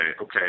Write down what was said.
okay